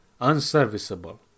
unserviceable